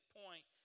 point